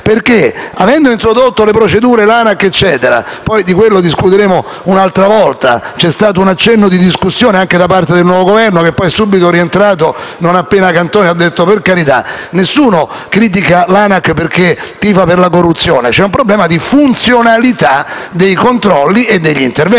ha introdotto delle procedure e di questo discuteremo un'altra volta; c'è stato un accenno di discussione anche da parte del nuovo Governo, che è poi subito rientrato non appena Cantone si è espresso. Per carità, nessuno critica l'ANAC perché tifa per la corruzione, ma perché c'è un problema di funzionalità dei controlli e degli interventi;